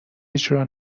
اجرا